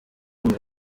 nyuma